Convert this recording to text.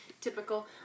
typical